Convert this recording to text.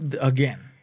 again